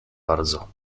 bardzo